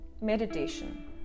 meditation